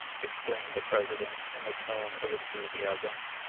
exclaimed the president in a tone of enthusiasm,